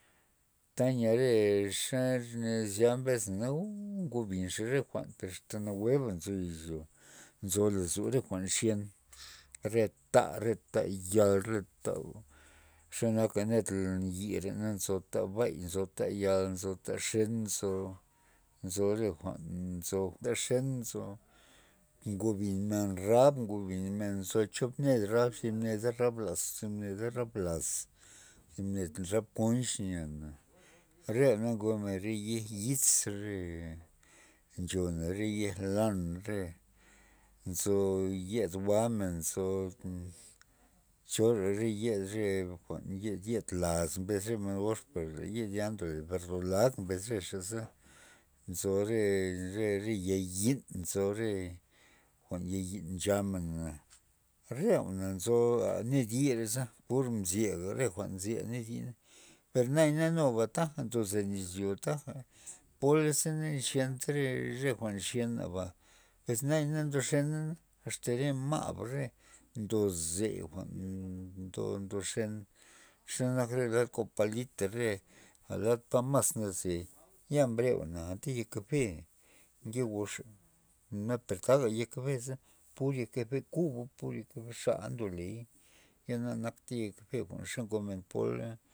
Ta yia re zya mbesna uuu ngobinxa re jwa'n per asta nawueba nzo izyo nzolo lozon re jwa'n nxyen, re ta' re ta'yal re ta' xanak ned yire nzo ta' bay nzo ta' yal nzo ta' xen nzo ro, nzo re jwa'n nzo ta xen nzo nguibin men rab ngobin men chop ned rab nzo thib neda rab laz thin neda rab konch nya re jwa'na ngomen re xij yix re nchona yej lan re nzo yed jwa'men nzo chora re yed re jwa'n yed laz mbes re men gox re yen ya ndole berdolaj mbes re xaza nzo re- re ya' yi'n nzo re jwa'n yayin nchamen na re jwa'na nzoga ned yire na pur mzye re jwa'n nzy lad yi per nayana nuga ta ndozen izyo taja polaza na xyenta re ba nxyen aba pues naya na ndoxena asta re ma'ba re ndoze jwa'n ndo- ndoxen xenak lad kopalit re lad tamas naze ya mbre re jwa'na anta kafe nke goxa mbay taja yek kafe pur ya kafe kuba pur ya kafe xa ndoley ya naktra ya kafe xa ngomen pola.